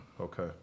Okay